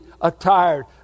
attired